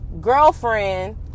girlfriend